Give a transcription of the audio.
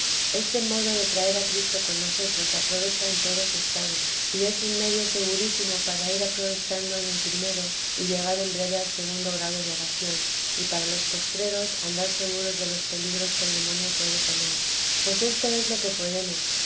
este modo de traer a cristo con nosotros aprovecha en todos estados y es un medio segurísimo para ir aprovechando en el primero y llegar en breve al segundo grado de oración y para los postreros andar seguros de los peligros que el demonio puede poner pues esto es lo que podemos